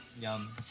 yum